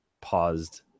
paused